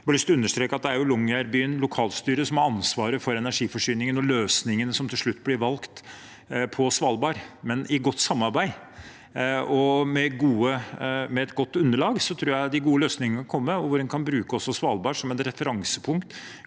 Longyearbyen lokalstyre som har ansvaret for energiforsyningen og løsningene som til slutt blir valgt på Svalbard, men i godt samarbeid og med et godt underlag tror jeg de gode løsningene kan komme, og at en også kan bruke Svalbard som et referansepunkt,